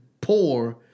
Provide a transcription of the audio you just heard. poor